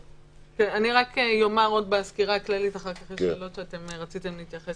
אני רק אומר בסקירה הכללית ואחר כך יש שאלות שרציתם שאני אתייחס,